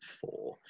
four